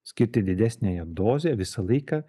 skirti didesnę jo dozę visą laiką